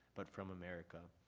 but from america.